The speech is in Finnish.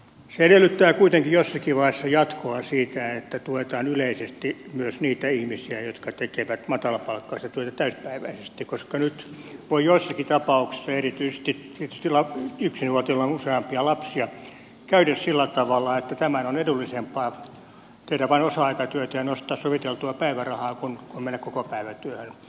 se edellyttää kuitenkin jossakin vaiheessa jatkoa siitä että tuetaan yleisesti myös niitä ihmisiä jotka tekevät matalapalkkaista työtä täyspäiväisesti koska nyt voi joissakin tapauksissa erityisesti tietysti yksinhuoltajalle jolla on useampia lapsia käydä sillä tavalla että tämän on edullisempaa tehdä vain osa aikatyötä ja nostaa soviteltua päivärahaa kuin mennä kokopäivätyöhön